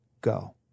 go